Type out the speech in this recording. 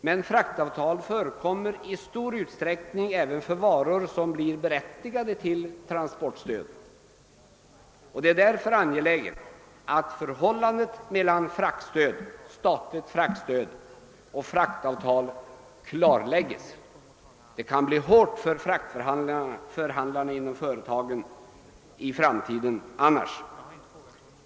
Men fraktavtal förekommer i stor utsträckning även för varor som blir berättigade till transportstöd. Det är därför angeläget att förhållandet mellan statligt fraktstöd och fraktavtal klarläggs. Det kan bli hårt för fraktförhandlarna inom företagen i framtiden annars.